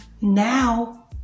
Now